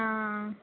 आं